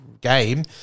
game